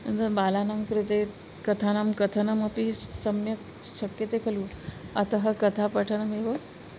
बालानां कृते कथानां कथनमपि सम्यक् शक्यते खलु अतः कथापठनमेव